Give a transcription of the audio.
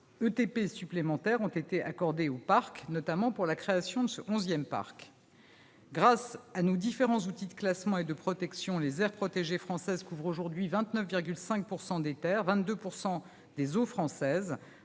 ETP supplémentaires, notamment pour la création de ce onzième parc. Grâce à la diversité des outils de classement et de protection, les aires protégées françaises couvrent aujourd'hui 29,5 % des terres et 22 % des eaux françaises.